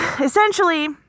essentially